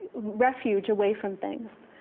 refuge away from things.